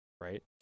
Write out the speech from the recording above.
Right